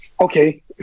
Okay